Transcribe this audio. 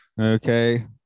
Okay